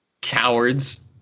cowards